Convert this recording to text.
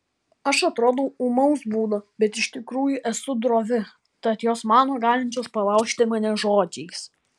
aš atrodau ūmaus būdo bet iš tikrųjų esu drovi tad jos mano galinčios palaužti mane žodžiais